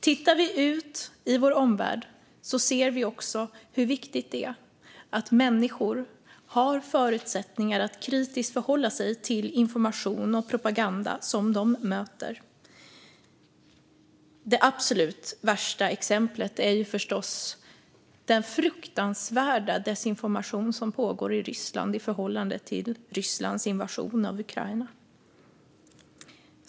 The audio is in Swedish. Tittar vi ut i vår omvärld ser vi också hur viktigt det är att människor har förutsättningar att kritiskt förhålla sig till information och propaganda som de möter. Det absolut värsta exemplet är förstås den fruktansvärda desinformation som pågår i Ryssland i förhållande till Rysslands invasion av Ukraina.